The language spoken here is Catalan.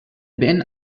ben